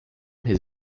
his